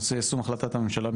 נושא יישום החלטת הממשלה,